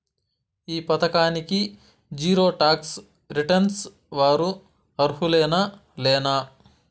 ఈ పథకానికి zero tax returns వారు అర్హులేనా లేనా?